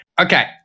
Okay